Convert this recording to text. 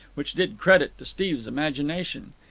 which did credit to steve's imagination.